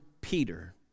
Peter